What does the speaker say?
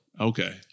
Okay